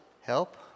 help